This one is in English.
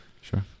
Sure